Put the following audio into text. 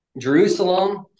Jerusalem